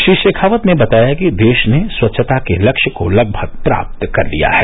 श्री शेखावत ने बताया कि देश ने स्वच्छता के लक्ष्य को लगभग प्राप्त कर लिया है